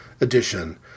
edition